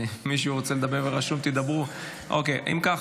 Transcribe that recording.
אם כך,